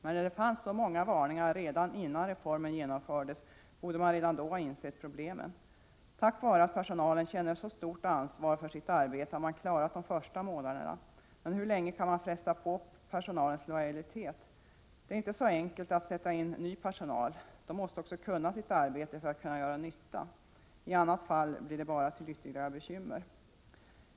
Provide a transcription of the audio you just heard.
Men eftersom det fanns så många varningar redan innan reformen genomfördes, borde man redan då ha insett problemen. Tack vare att personalen känner så stort ansvar för sitt arbete har man klarat de första månaderna. Men hur länge kan man fresta på personalens lojalitet? Det är inte så enkelt att sätta in ny personal, personalen måste också kunna sitt arbete för att kunna göra nytta. I annat fall blir det bara ytterligare bekymmer.